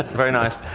very nice.